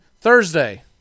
Thursday